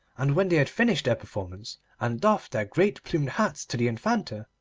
and when they had finished their performance and doffed their great plumed hats to the infanta,